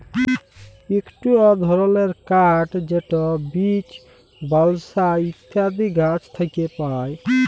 ইকট ধরলের কাঠ যেট বীচ, বালসা ইত্যাদি গাহাচ থ্যাকে পায়